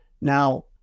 Now